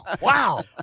wow